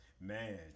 man